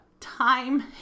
time